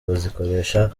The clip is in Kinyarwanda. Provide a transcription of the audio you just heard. bazikoresha